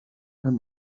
him